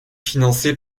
financé